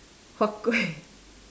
huat kueh